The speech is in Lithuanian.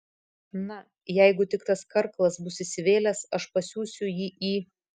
na jeigu tik tas karklas bus įsivėlęs aš pasiųsiu jį į